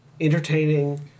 entertaining